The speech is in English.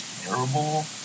terrible